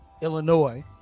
Illinois